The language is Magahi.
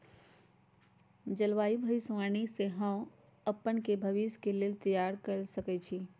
जलवायु भविष्यवाणी से हम अपने के भविष्य के लेल तइयार कऽ सकै छी